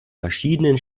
verschiedenen